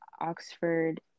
oxford